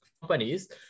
companies